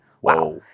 wow